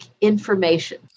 information